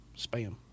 Spam